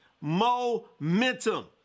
momentum